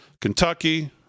Kentucky